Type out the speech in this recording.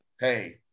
hey